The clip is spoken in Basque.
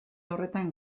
horretan